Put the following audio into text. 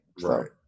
Right